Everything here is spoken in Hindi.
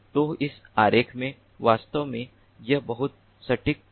तो इस आरेख में वास्तव में यह बहुत सटीक नहीं है